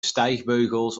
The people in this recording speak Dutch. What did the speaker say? stijgbeugels